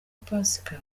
pasika